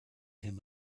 him